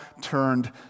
turned